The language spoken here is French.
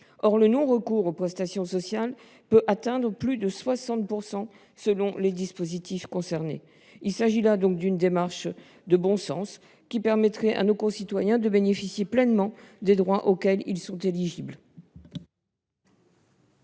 Or le non recours aux prestations sociales peut atteindre plus de 60 % selon les dispositifs concernés. Nous défendons donc une démarche de bon sens qui permettrait à nos concitoyens de bénéficier pleinement des droits auxquels ils sont éligibles.